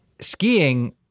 skiing